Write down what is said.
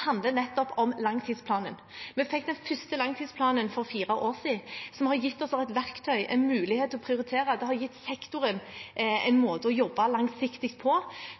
handler nettopp om langtidsplanen. Vi fikk den første langtidsplanen for fire år siden, og det har gitt oss et verktøy og en mulighet til å prioritere. Det har gitt sektoren en måte å jobbe langsiktig på.